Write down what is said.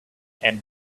and